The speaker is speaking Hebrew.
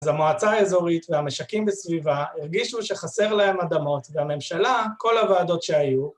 ‫אז המועצה האזורית והמשקים בסביבה ‫הרגישו שחסר להם אדמות, ‫והממשלה, כל הוועדות שהיו,